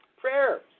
prayer